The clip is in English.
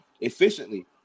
efficiently